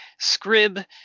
Scrib